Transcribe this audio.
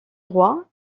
droit